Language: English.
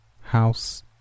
house